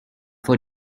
for